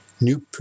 new